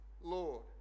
Lord